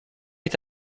est